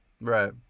Right